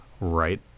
right